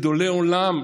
גדולי עולם,